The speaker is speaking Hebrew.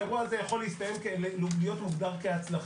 האירוע הזה יכול להיות מוגדר כהצלחה.